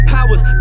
Powers